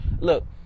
Look